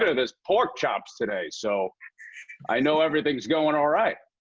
and there's pork chops today, so i know everything's going alright.